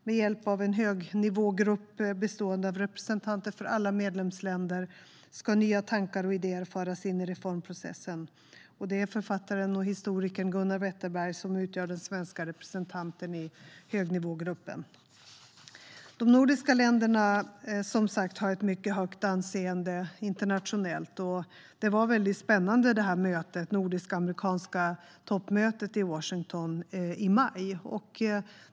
Med hjälp av en högnivågrupp bestående av representanter för alla medlemsländer ska nya tankar och idéer föras in i reformprocessen. Det är författaren och historikern Gunnar Wetterberg som är den svenska representanten i högnivågruppen. De nordiska länderna har, som sagt, ett mycket högt anseende internationellt. Det nordisk-amerikanska toppmötet i Washington i maj var mycket spännande.